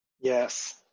Yes